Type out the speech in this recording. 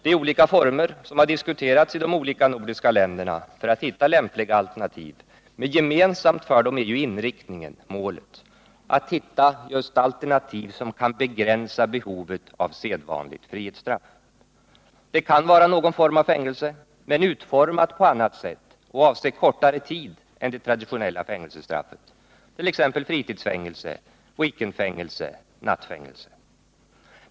Det är olika former som har diskuterats i de olika nordiska länderna för att hitta lämpliga alternativ, men gemensamt för dem är inriktningen, målet att hitta just alternativ som kan begränsa behovet av sedvanligt frihetsstraff. Det kan vara någon form av fängelse, men utformat på annat sätt och avse kortare tid än det sedvanliga fängelsestraffet, t.ex. fritidsfängelse, weekendfängelse eller nattfängelse.